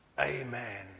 amen